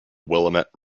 willamette